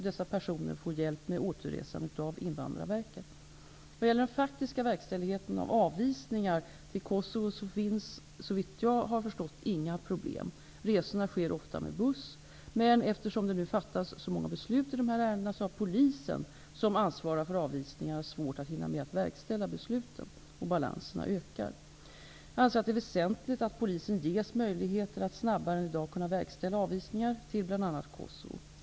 Dessa personer får hjälp med återresan av Vad gäller den faktiska verkställigheten av avvisningar till Kosovo finns såvitt jag har förstått inga problem. Resorna sker ofta med buss. Men eftersom det nu fattas så många beslut i dessa ärenden har polisen, som ansvarar för avvisningarna, svårt att hinna med att verkställa besluten. Balanserna ökar. Jag anser att det är väsentligt att polisen ges möjligheter att snabbare än i dag kunna verkställa avvisningar till bl.a. Kosovo.